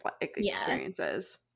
experiences